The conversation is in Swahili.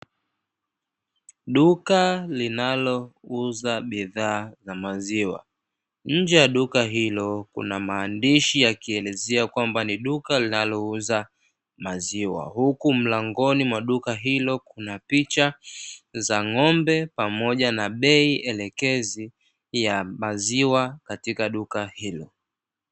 Duka linalouza bidhaa za maziwa nche ya duka hilo linaelezea bei elekezi